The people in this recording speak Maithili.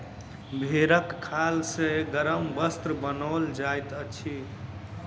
भेंड़क खाल सॅ गरम वस्त्र बनाओल जाइत अछि